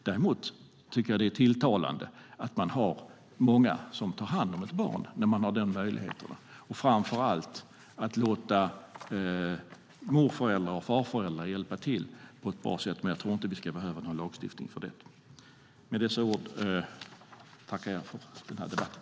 Däremot tycker jag att det är tilltalande att det är många som tar hand om ett barn när den möjligheten finns, framför allt när det handlar om att låta mor och farföräldrar hjälpa till. Men jag tror inte att vi ska behöva någon lagstiftning för det. Med dessa ord tackar jag för den här debatten.